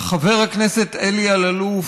לחבר הכנסת אלי אלאלוף,